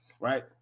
right